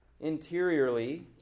Interiorly